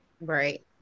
right